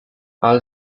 all